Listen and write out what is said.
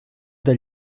del